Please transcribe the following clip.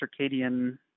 circadian